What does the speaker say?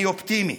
אני אופטימי.